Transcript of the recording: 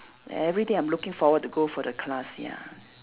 everyday I'm looking forward to go for the class ya